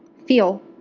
feel?